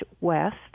West